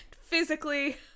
Physically